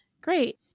Great